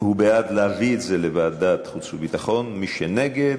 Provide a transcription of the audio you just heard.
להביא את הנושא לוועדת החוץ והביטחון, מי שנגד,